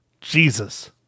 jesus